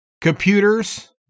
computers